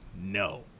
no